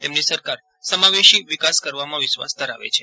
તેમની સરકાર સમાવેશી વિકાસ કરવામાં વિશ્વાસ ધરાવે છે